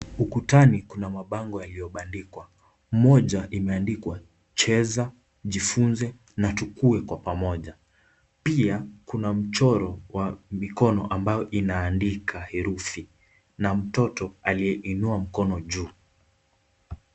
Ukutani kuna mabango yaliyobandikwa moja imeandikwa cheza, jifunze na tukue kwa pamoja pia kuna mchoro wa mikono ambayo inaandika herufi na mtoto aliyeenua mkono juu.